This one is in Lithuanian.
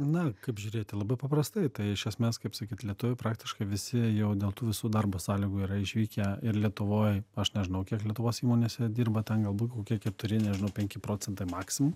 na kaip žiūrėti labai paprastai tai iš esmės kaip sakyt lietuviai praktiškai visi jau dėl tų visų darbo sąlygų yra išvykę ir lietuvoj aš nežinau kiek lietuvos įmonėse dirba ten galbūt kokie keturi nežinau penki procentai maksimum